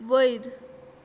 वयर